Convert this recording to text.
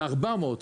ב-400,